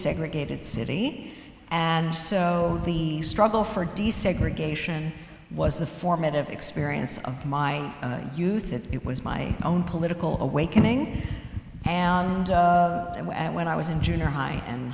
segregated city and so the struggle for desegregation was the formative experience of my youth it was my own political awakening and when i was in junior high and